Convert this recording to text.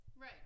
Right